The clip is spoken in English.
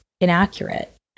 inaccurate